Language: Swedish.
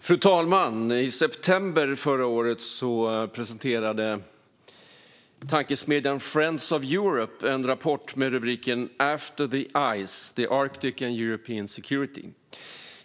Fru talman! I september förra året presenterade tankesmedjan Friends of Europe rapporten After the ice: the Arctic and European security .